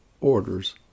orders